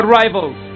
rivals